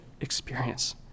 experience